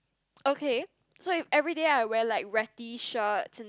okay so if everyday I wear like ratty shirts and